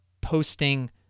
posting